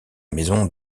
maison